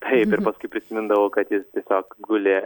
taip ir paskui prisimindavau kad jis tiesiog guli